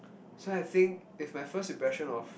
so I think if my first impression of